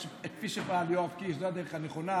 כפי שפעל יואב קיש זו הדרך הנכונה.